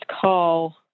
call